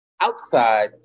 outside